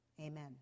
Amen